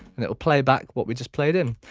and it'll play back what we've just played in.